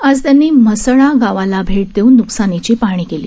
आज त्यांनी म्हसळा गावाला भेट देऊन न्कसानीची पाहणी केली